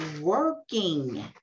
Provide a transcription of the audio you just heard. working